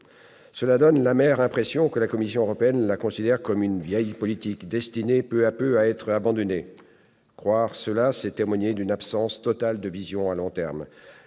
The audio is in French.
Cela donne l'amère impression que la Commission européenne la considère comme une vieille politique destinée à être abandonnée peu à peu. Croire cela, c'est témoigner d'une absence totale de vision à long terme.